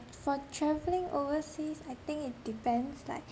for travelling overseas I think it depends like